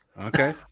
Okay